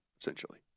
essentially